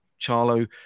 charlo